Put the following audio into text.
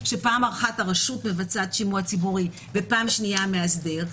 שפעם אחת הרשות מבצעת שימוע ציבורי ופעם שניה המאסדר.